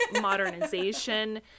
modernization